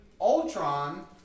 Ultron